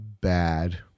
Bad